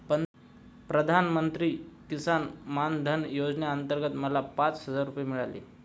प्रधानमंत्री किसान मान धन योजनेअंतर्गत मला पाच हजार रुपये मिळाले